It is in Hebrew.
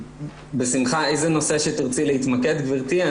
בשמחה, איזה נושא שתרצי להתמקד, גברתי.